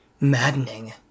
maddening